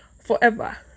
forever